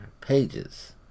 pages